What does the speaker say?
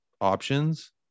options